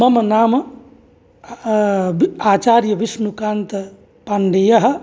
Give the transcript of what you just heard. मम नाम आचार्यविष्णुकान्तपाण्डेयः